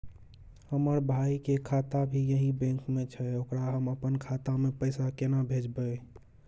हमर भाई के खाता भी यही बैंक में छै ओकरा हम अपन खाता से पैसा केना भेजबै?